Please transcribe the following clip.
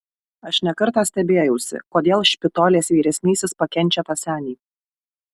aš ne kartą stebėjausi kodėl špitolės vyresnysis pakenčia tą senį